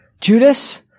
Judas